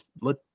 let